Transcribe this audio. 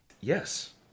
Yes